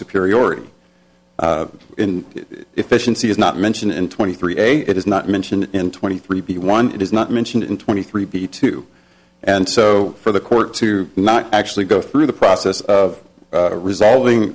superiority in efficiency is not mentioned and twenty three a it is not mentioned in twenty three b one it is not mentioned in twenty three b two and so for the court to not actually go through the process of resolving